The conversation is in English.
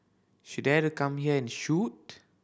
she dare to come here and shoot